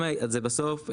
בסוף,